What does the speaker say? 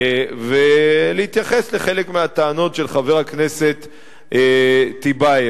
ולהתייחס לחלק מהטענות של חבר הכנסת טיבייב.